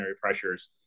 pressures